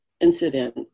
incident